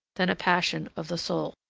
than a passion of the soul.